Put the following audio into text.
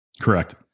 Correct